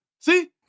See